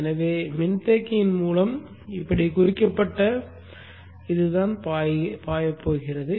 எனவே மின்தேக்கியின் மூலம் இப்படிக் குறிக்கப்பட்ட ஒன்றுதான் பாயப் போகிறது